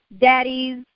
daddies